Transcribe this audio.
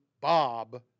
Bob